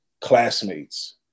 classmates